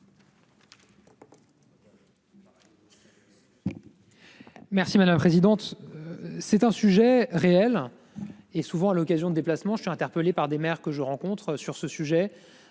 Merci madame présidente. C'est un sujet réel et souvent à l'occasion de déplacements je suis interpellé par des maires que je rencontre sur ce sujet.